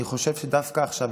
אני חושב שדווקא עכשיו,